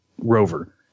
rover